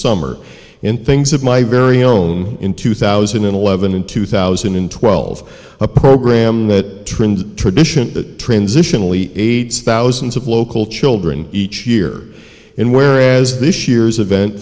summer in things of my very own in two thousand and eleven in two thousand and twelve a program that trend tradition that transitionally aids thousands of local children each year in whereas this year's event